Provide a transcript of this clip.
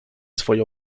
swoje